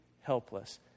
helpless